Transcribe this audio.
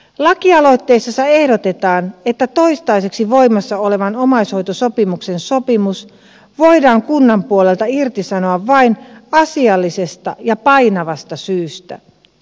lakialoitteessa ehdotetaan että toistaiseksi voimassa oleva omaishoitosopimus voidaan kunnan puolelta irtisanoa vain asiallisesta ja painavasta syystä